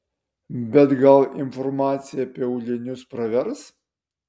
bet gal informacija apie aulinius pravers